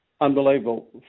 Unbelievable